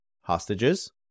hostages